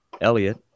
Elliot